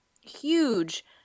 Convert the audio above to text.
huge